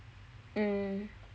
mm